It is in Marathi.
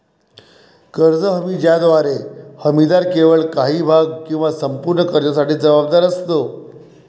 कर्ज हमी ज्याद्वारे हमीदार केवळ काही भाग किंवा संपूर्ण कर्जासाठी जबाबदार असतो